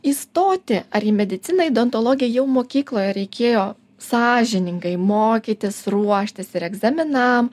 įstoti ar į mediciną į dontologiją jau mokykloje reikėjo sąžiningai mokytis ruoštis ir egzaminam